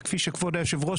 וכפי שכבוד היושב ראש,